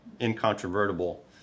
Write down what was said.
incontrovertible